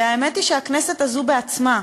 והאמת היא שהכנסת הזאת בעצמה,